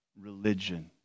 religion